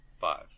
Five